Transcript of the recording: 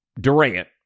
Durant